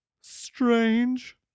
strange